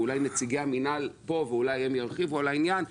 ואולי נציגי המינהל ירחיבו על העניין,